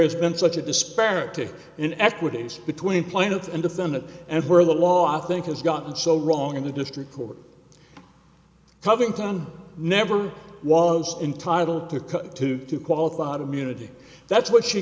has been such a disparity in equities between plaintiff and defendant and where the law think has gotten so wrong in the district court covington never was entitled to cut two to qualified immunity that's what she